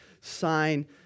sign